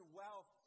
wealth